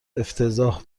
افتضاح